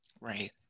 Right